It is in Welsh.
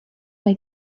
mae